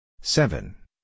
seven